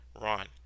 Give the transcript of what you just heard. Ron